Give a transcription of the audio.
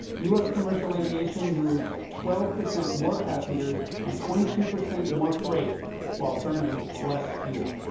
u s. commercial aviation moved twelve percent more passengers and twenty two percent more freight while burning less fuel.